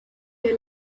der